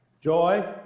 joy